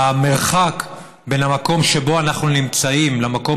המרחק בין המקום שבו אנחנו נמצאים למקום